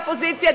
אופוזיציה,